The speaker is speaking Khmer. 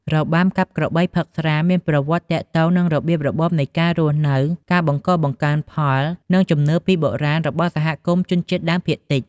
របាំកាប់ក្របីផឹកស្រាមានប្រវត្តិទាក់ទងនឹងរបៀបរបបនៃការរស់នៅ ការបង្កបង្កើនផល និងជំនឿពីបុរាណរបស់សហគមន៍ជនជាតិដើមភាគតិច។